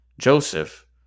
joseph